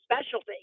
specialty